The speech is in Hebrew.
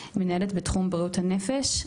מנהלת בתחום בריאות הנפש.